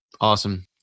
Awesome